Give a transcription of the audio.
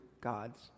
God's